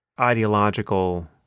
ideological